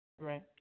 Right